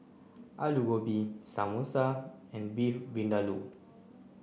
Alu Gobi Samosa and Beef Vindaloo